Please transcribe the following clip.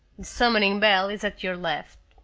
summoning bell is at your left.